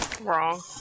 Wrong